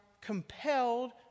compelled